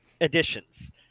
additions